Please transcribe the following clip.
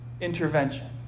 intervention